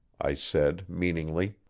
i said meaningly.